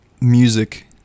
music